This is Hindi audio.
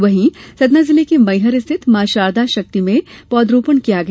वहीं सतना जिले के मैहर स्थित मॉ शारदा शक्तिधाम में पौधरोपण किया गया